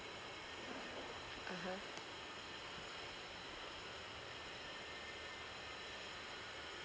(uh huh)